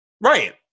Right